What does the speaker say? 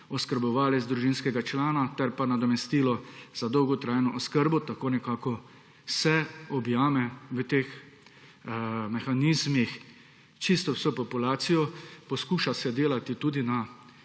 oskrbovalec družinskega člana ter nadomestilo za dolgotrajno oskrbo. Tako nekako se objame v teh mehanizmih čisto vso populacijo. Poskuša se delati tudi na